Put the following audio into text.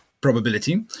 probability